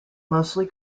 mostly